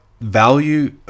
value